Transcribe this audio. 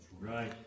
Right